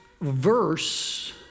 verse